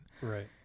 Right